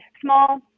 small